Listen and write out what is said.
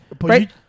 right